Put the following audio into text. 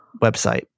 website